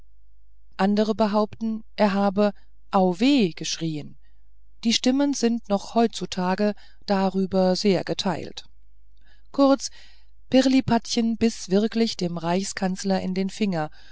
andere behaupten er habe au weh geschrien die stimmen sind noch heutzutage darüber sehr geteilt kurz pirlipatchen biß wirklich dem reichskanzler in den finger